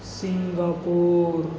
Singapore